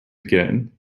again